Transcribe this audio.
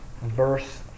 verse